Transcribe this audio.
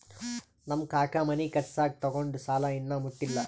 ನಮ್ ಕಾಕಾ ಮನಿ ಕಟ್ಸಾಗ್ ತೊಗೊಂಡ್ ಸಾಲಾ ಇನ್ನಾ ಮುಟ್ಸಿಲ್ಲ